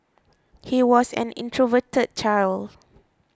he was an introverted child